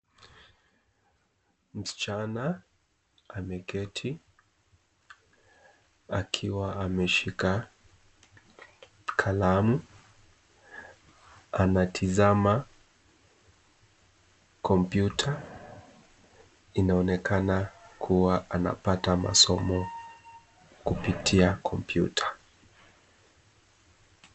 Mschana ameketi, akiwa ameshika kalamu, anatizama komputa, inaonekana kuwa anapata masomo kupitia komputa.